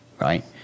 right